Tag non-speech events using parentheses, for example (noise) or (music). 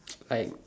(noise) I